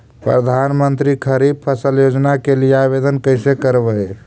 प्रधानमंत्री खारिफ फ़सल योजना के लिए आवेदन कैसे करबइ?